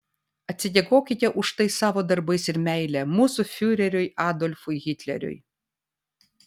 atsidėkokite už tai savo darbais ir meile mūsų fiureriui adolfui hitleriui